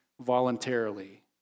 voluntarily